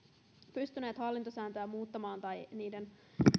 pystyneet hallintosääntöä muuttamaan tai niiden